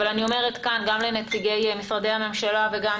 אבל אני אומרת גם לנציגי משרדי הממשלה וגם